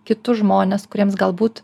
kitus žmones kuriems galbūt